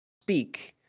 speak